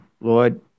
Lord